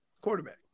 Quarterback